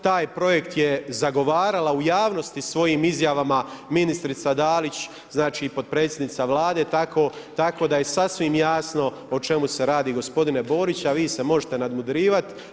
Taj projekt je zagovorila u javnosti svojim izjava ministrica Dalić znači potpredsjednica Vlade tako da je sasvim jasno o čemu se radi, gospodine Borić, a vi se možete nadmudrivati.